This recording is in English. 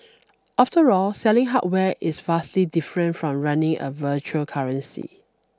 after all selling hardware is vastly different from running a virtual currency